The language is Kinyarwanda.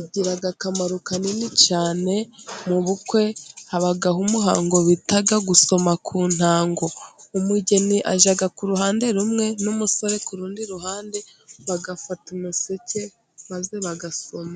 Igira akamaro kanini cyane mu bukwe, habaho umuhango bita gusoma ku ntango. Umugeni ajya ku ruhande rumwe, n'umusore ku rundi ruhande, bagafata umuseke maze bagasoma.